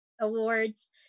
Awards